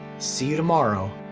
see you tomorrow.